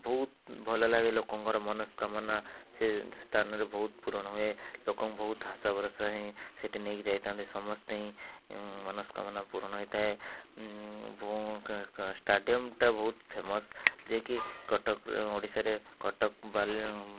ବହୁତ୍ ଭଲଲାଗେ ଲୋକଙ୍କର ମନୋସ୍କାମନା ସେ ସ୍ଥାନରେ ବହୁତ ପୂରଣ ହୁଏ ଲୋକଙ୍କ ବହୁତ ଆଶା ଭରଷା ହିଁ ସେଇଠି ନେଇକି ଯାଇଥାଆନ୍ତି ସମସ୍ତେ ହିଁ ମନୋସ୍କାମନା ପୂରଣ ହୋଇଥାଏ ଷ୍ଟେଡ଼ିୟମଟା ବହୁତ ଫେମସ୍ ଯିଏକି କଟକରେ ଓଡ଼ିଶାରେ କଟକ ବାଲି